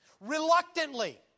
reluctantly